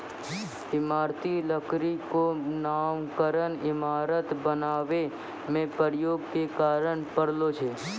इमारती लकड़ी क नामकरन इमारत बनावै म प्रयोग के कारन परलो छै